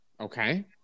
Okay